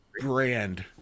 brand